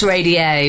Radio